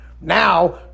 Now